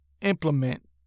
implement